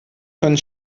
können